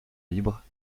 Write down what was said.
libre